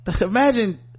imagine